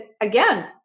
again